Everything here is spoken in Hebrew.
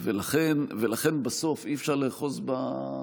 ולכן בסוף אי-אפשר לאחוז בחבל הזה.